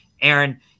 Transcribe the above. Aaron